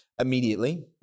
Immediately